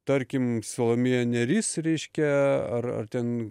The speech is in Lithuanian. tarkim salomėja nėris reiškia ar ar ten